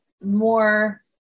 more